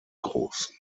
großen